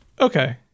Okay